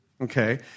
okay